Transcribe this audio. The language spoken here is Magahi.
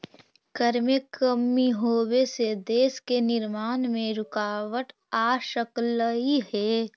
कर में कमी होबे से देश के निर्माण में रुकाबत आ सकलई हे